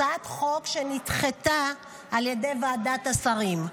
זאת הצעת חוק שנדחתה על ידי ועדת השרים.